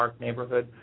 neighborhood